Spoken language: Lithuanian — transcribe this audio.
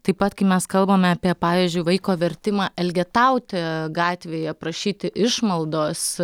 taip pat kai mes kalbame apie pavyzdžiui vaiko vertimą elgetauti gatvėje prašyti išmaldos